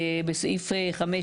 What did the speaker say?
סעיף (5)